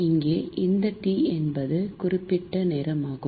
இங்கே இந்த T என்பது குறிப்பிட்ட நேரம் ஆகும்